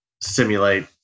simulate